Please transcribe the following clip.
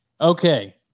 Okay